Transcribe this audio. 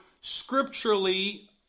scripturally